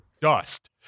dust